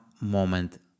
moment